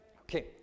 Okay